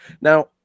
now